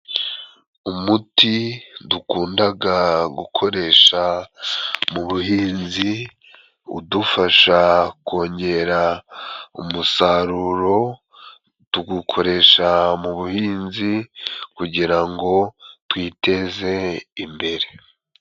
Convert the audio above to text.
Umuti dukundaga gukoresha mu buhinzi udufasha kongera umusaruro, tugukoresha mu buhinzi kugira ngo twiteze imbere.